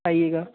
आइएगा